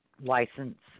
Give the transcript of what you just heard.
license